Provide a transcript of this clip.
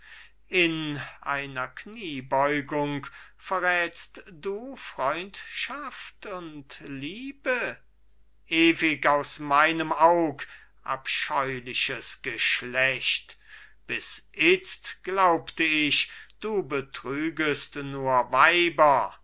in einer kniebeugung verrätst du freundschaft und liebe ewig aus meinem aug abscheuliches geschlecht bis itzt glaubte ich du betrügest nur weiber